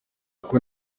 uku